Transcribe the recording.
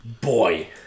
Boy